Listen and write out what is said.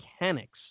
mechanics